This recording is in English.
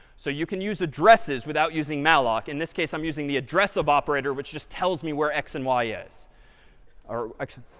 so you can use addresses without using malloc. in this case, i'm using the address of operator, which just tells me where x and y is or audience